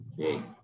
Okay